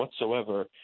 whatsoever